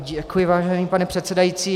Děkuji, vážený pane předsedající.